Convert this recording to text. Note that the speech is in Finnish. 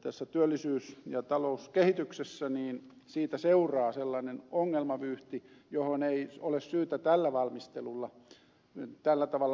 tässä työllisyys ja talouskehityksessä ja siitä seuraa sellainen ongelmavyyhti johon ei ole syytä tällä valmistelulla tällä tavalla mennä